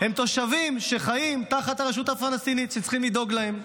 הם תושבים שחיים תחת הרשות הפלסטינית וצריכים לדאוג להם.